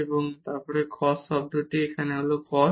এবং তারপর এখানের cos শব্দটি হল এখানে cos